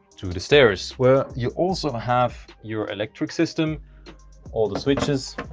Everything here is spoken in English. to the stairs where you also have your electric system all the switches